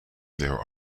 there